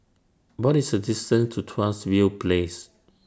What IS The distance to Tuas View Place